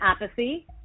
apathy